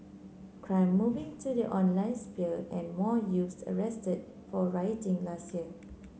crime moving to the online sphere and more youths arrested for rioting last year